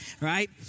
right